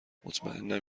مطمئنم